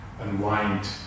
unwind